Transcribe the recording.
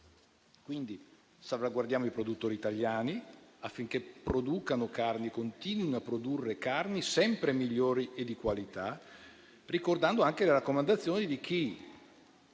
Salvaguardiamo i produttori italiani, affinché producano e continuino a produrre carni sempre migliori e di qualità, ricordando le raccomandazioni di chi